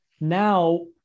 Now